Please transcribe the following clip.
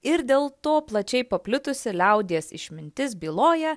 ir dėl to plačiai paplitusi liaudies išmintis byloja